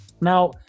now